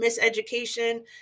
miseducation